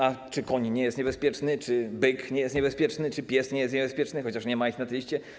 A czy koń nie jest niebezpieczny, czy byk nie jest niebezpieczny, czy pies nie jest niebezpieczny, chociaż nie ma ich na tej liście?